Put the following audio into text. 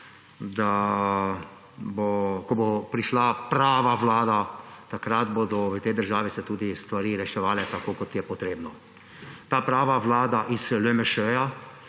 slišali, ko bo prišla prava vlada, takrat se bodo v tej državi stvari reševale tako, kot je potrebno. Ta prava vlada iz LMŠ je